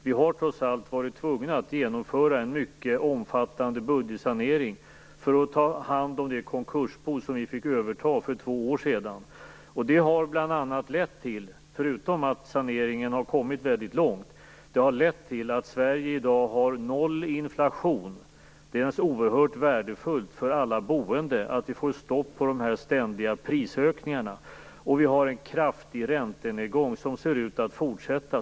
Vi har trots allt varit tvungna att genomföra en mycket omfattande budgetsanering för att ta hand om det konkursbo som vi fick överta för två år sedan. Saneringen har kommit väldigt långt, och den har bl.a. lett till att Sverige i dag har en inflation som är noll. Det är naturligtvis oerhört värdefullt för alla boende att vi får stopp på de ständiga prisökningarna. Vi har också en kraftig räntenedgång som ser ut att fortsätta.